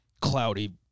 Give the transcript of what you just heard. cloudy